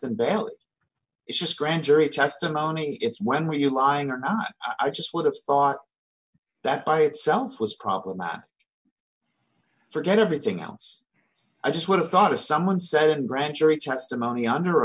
just grand jury testimony it's when were you lying or not i just would have thought that by itself was problematic i forget everything else i just would have thought as someone said in grand jury testimony under